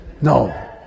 No